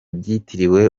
byitiriwe